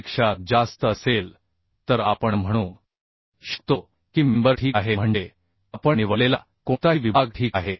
पेक्षा जास्त असेल तर आपण म्हणू शकतो की मेंबर ठीक आहे म्हणजे आपण निवडलेला कोणताही विभाग ठीक आहे